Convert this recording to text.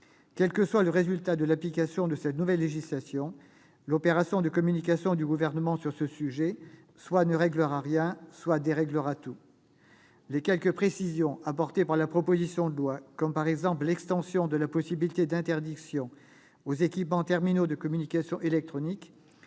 Quel que soit le résultat de l'application de cette nouvelle législation, l'opération de communication du Gouvernement sur ce sujet soit ne réglera rien, soit déréglera tout. Les quelques précisions apportées par la proposition de loi, comme l'extension de la possibilité d'interdiction aux équipements terminaux de communication électronique,